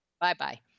Bye-bye